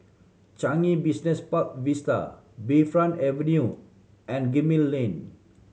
Changi Business Park Vista Bayfront Avenue and Gemmill Lane